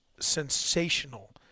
sensational